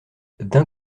d’un